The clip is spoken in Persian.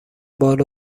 بال